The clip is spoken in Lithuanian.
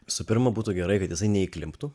visų pirma būtų gerai kad jisai neįklimptų